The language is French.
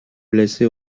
blessé